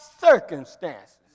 circumstances